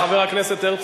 חבר הכנסת הרצוג.